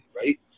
right